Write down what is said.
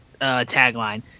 tagline